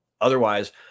Otherwise